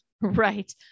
Right